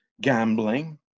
Gambling